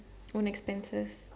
own expenses